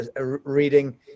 reading